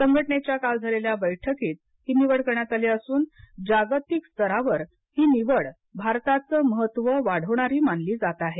संघटनेच्या काल झालेल्या बैठकीत ही निवड करण्यत आली असून जागतिकस्तरावर ही निवड भारताचं महत्व वाढवणारी मानली जात आहे